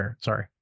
Sorry